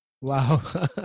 wow